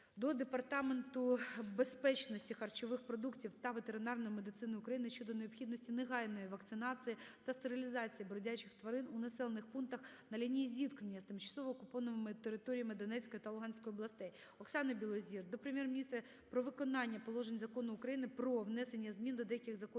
до Департаменту безпечності харчових продуктів та ветеринарної медицини України щодо необхідності негайної вакцинації та стерилізації бродячих тварин у населених пунктах на лінії зіткнення з тимчасово окупованими територіями Донецької та Луганської областей. Оксани Білозір до Прем'єр-міністра про виконання положень Закону України "Про внесення змін до деяких законів